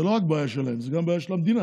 זו לא רק בעיה שלהם, זו גם בעיה של המדינה.